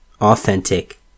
authentic